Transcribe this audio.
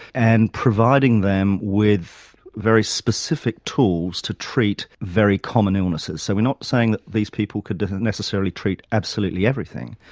and providing them with very specific tools to treat very common illnesses. so we're not saying that these people could necessarily treat absolutely everything,